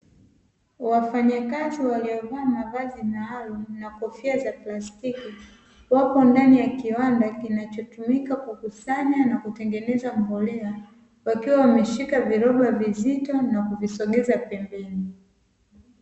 Wafanyakazi waliovaa mavazi maalumu na kofia za plastiki, wapo ndani ya kiwanda kinachotumika kukusanya na kutengeneza mbolea, wakiwa wameshika viroba vizito na kuvisogeza pembeni.